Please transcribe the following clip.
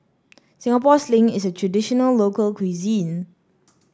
Singapore Sling is a traditional local cuisine